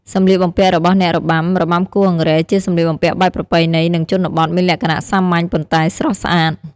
សម្លៀកបំពាក់របស់អ្នករបាំ របាំគោះអង្រែជាសម្លៀកបំពាក់បែបប្រពៃណី និង ជនបទ មានលក្ខណៈសាមញ្ញ ប៉ុន្តែស្រស់ស្អាត។